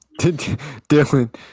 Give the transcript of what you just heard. Dylan